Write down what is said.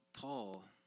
Paul